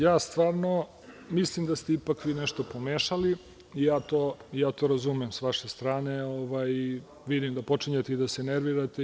Ja stvarno mislim da ste ipak vi nešto pomešali i to razumem sa vaše strane, jer vidim da počinjete i da se nervirate.